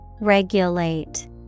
regulate